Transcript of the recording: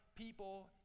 People